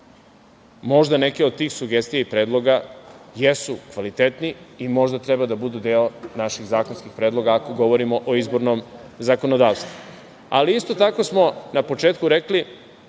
Možda neke od tih sugestija i predloga jesu kvalitetne i možda treba da budu deo naših zakonskih predloga, ako govorimo o izbornom zakonodavstvu. Ali, isto tako smo na početku rekli,